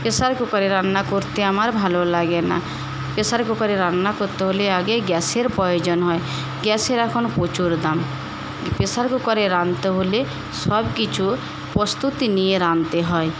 pressure কুকারে রান্না করতে আমার ভালো লাগে না প্রেশার কুকারে রান্না করতে হলে আগে গ্যাসের প্রয়োজন হয় গ্যাসের এখন প্রচুর দাম প্রেশার কুকারে রাঁধতে হলে সবকিছু প্রস্তুতি নিয়ে রাঁধতে হয়